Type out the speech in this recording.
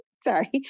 Sorry